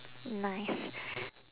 nice